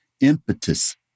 impetus